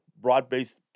broad-based